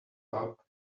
pub